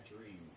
dream